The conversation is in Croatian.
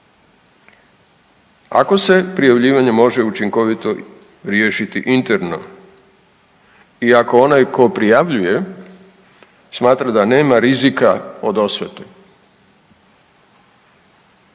ako se prijavljivanje može učinkovito riješiti interno i ako onaj tko prijavljuje smatra da nema rizika od osvete.